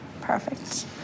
Perfect